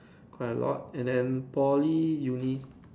quite a lot and then Poly Uni